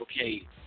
okay